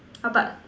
ah but